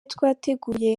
twateguye